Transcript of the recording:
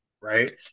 Right